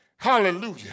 Hallelujah